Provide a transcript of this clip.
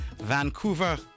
Vancouver